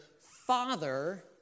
father